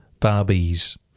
Barbies